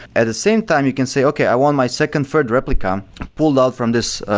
at the same time you can say, okay, i want my second, third replica pulled out from this,